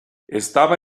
estaba